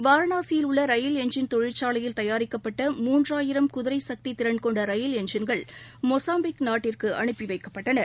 வாரனாசியில் உள்ளரயில் என்ஜின் தொழிற்சாலையில் தயாரிக்கப்பட்ட மூன்றாயிரம் குதிரைசக்திதிறன் கொண்டரயில் என்ஜின்கள் மொசாம்பிக் நாட்டிற்குஅனுப்பிவைக்கப்பட்டன